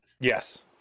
Yes